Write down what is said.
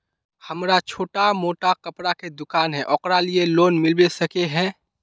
हमरा छोटो मोटा कपड़ा के दुकान है ओकरा लिए लोन मिलबे सके है?